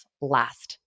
last